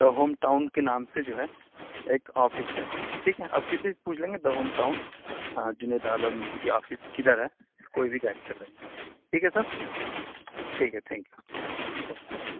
دا home town کے نام سے جو ہے ایک آفس ہے ٹھیک آپ کسی سے پوچھ لیں گے دا ہوم ٹاؤن ہاں جنید عالم کی آفس کدھر ہے کوئی بھی گائڈ کر دیں گے ٹھیک ہے سر ٹھیک ہے تھینک یو تھینک یو